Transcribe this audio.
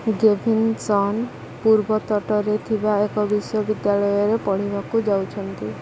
Gevinson ପୂର୍ବତଟରେ ଥିବା ଏକ ବିଶ୍ୱବିଦ୍ୟାଳୟରେ ପଢ଼ିବାକୁ ଯାଉଛନ୍ତି